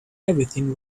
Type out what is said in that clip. everything